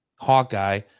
Hawkeye